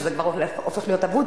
שזה כבר הופך להיות אבוד,